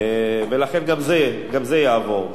ולכן גם זה יעבור.